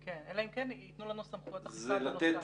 אלא אם כן ייתנו לנו סמכויות אכיפה בנוסף.